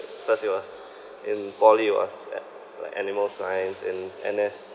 first it was in poly it was at like animal science in N_S